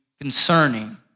concerning